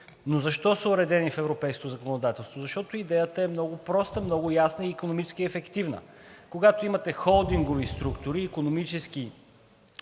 Защо са уредени в европейското законодателство? Защото идеята е много проста, много ясна и икономически ефективна. Когато имате холдингови структури, икономически